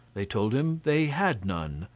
they told him they had none,